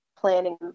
planning